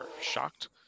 shocked